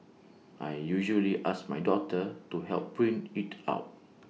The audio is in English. I usually ask my daughter to help print IT out